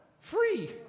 free